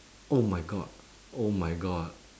oh my god oh my god